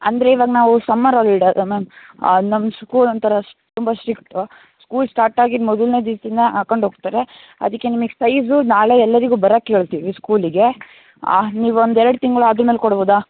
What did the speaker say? ಅಂದರೆ ಇವಾಗ ನಾವು ಸಮ್ಮರ್ ಆಲಿಡೇ ಅಲ್ಲ ಮ್ಯಾಮ್ ನಮ್ಮ ಸ್ಕೂಲ್ ಒಂಥರ ಶ್ ತುಂಬ ಷ್ರಿಕ್ಟು ಸ್ಕೂಲ್ ಸ್ಟಾರ್ಟ್ ಆಗಿದ್ದ ಮೊದಲನೆ ದಿವ್ಸದಿಂದ ಹಾಕೊಂಡ್ ಹೋಗ್ತಾರೆ ಅದಕ್ಕೆ ನಿಮಿಗೆ ಸೈಝ್ ನಾಳೆ ಎಲ್ಲರಿಗು ಬರಕೆ ಹೇಳ್ತಿವಿ ಸ್ಕೂಲಿಗೆ ನೀವು ಒಂದು ಎರಡು ತಿಂಗ್ಳು ಆದ್ ಮೇಲೆ ಕೊಡ್ಬೋದಾ